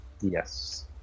Yes